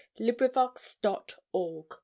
LibriVox.org